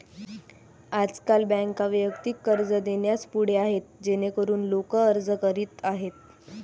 आजकाल बँका वैयक्तिक कर्ज देण्यास पुढे आहेत जेणेकरून लोक अर्ज करीत आहेत